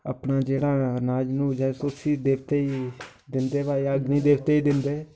अपना जेह्ड़ा अनाज नूज ऐ उसी देवते दिंदे भई अग्नि देवते दिंदे